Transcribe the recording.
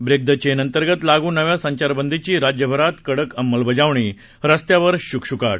break the चेनअंतर्गत लागू नव्या संचारबंदीची राज्यभरात कडक अमंलबजावणी रस्त्यावर शुकशुकाट